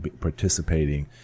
participating